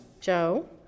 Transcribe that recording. Joe